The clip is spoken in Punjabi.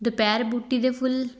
ਦੁਪਹਿਰ ਬੂਟੀ ਦੇ ਫੁੱਲ